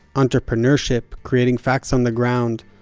entrepreneurship, creating facts on the ground,